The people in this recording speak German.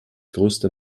größte